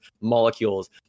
Molecules